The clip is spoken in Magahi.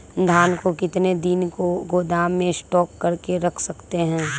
धान को कितने दिन को गोदाम में स्टॉक करके रख सकते हैँ?